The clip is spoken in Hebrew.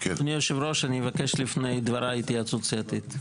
היושב-ראש, אני מבקש לפי דבריי התייעצות סיעתית.